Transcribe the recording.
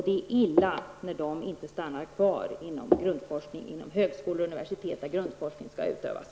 Det är illa när medlen inte stannar kvar inom grundforskningen på universitet och högskolor där grundforskningen skall utövas.